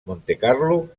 montecarlo